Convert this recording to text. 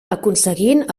aconseguint